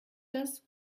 das